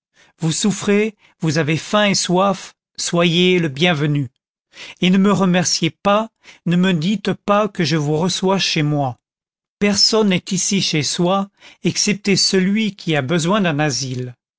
vous souffrez vous avez faim et soif soyez le bienvenu et ne me remerciez pas ne me dites pas que je vous reçois chez moi personne n'est ici chez soi excepté celui qui a besoin d'un asile